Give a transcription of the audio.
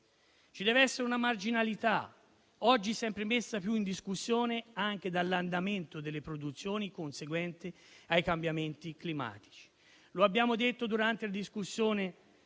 Ci dev'essere una marginalità, oggi messa sempre più in discussione anche dall'andamento delle produzioni, conseguente ai cambiamenti climatici.